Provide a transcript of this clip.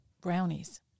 brownies